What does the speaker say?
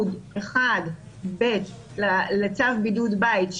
2(י)(1)(ב) לצו בידוד בית,